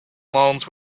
loans